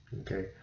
okay